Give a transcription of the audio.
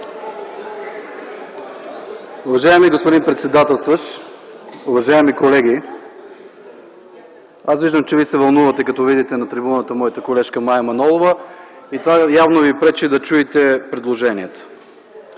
Уважаеми господин председателстващ, уважаеми колеги! Аз виждам, че вие се вълнувате като видите на трибуната моята колежка Мая Манолова и това явно ви пречи да чуете предложението.